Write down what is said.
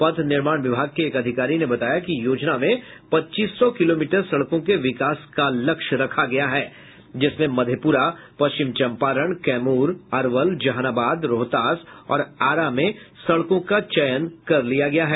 पथ निर्माण विभाग के एक अधिकारी ने बताया कि योजना में पच्चीस सौ किलोमीटर सड़कों के विकास करने का लक्ष्य रखा गया है जिसमें मधेपुरा पश्चिम चंपारण कैमूर अरवल जहानाबाद रोहतास और आरा में सड़कों का चयन कर लिया गया है